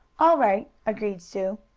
all right, agreed sue.